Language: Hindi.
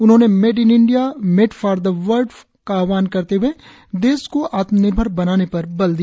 उन्होंने made in India made for the world का आहवान करते हए देश को आतुमनिर्भर बनाने पर बल दिया